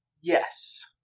yes